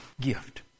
gift